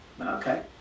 Okay